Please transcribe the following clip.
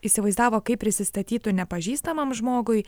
įsivaizdavo kaip prisistatytų nepažįstamam žmogui